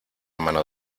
mano